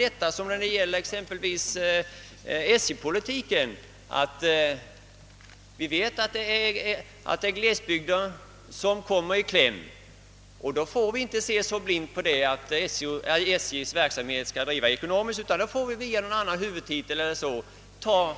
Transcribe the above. Man kan jämföra detta med exempelvis SJ:s politik: Vi vet att glesbygder kommer i kläm vid järnvägsnedläggelse, och då får vi inte stirra oss blinda på principen att SJ:s verksamhet skall drivas ekonomiskt, utan då måste vi via en annan huvudtitel skaffa fram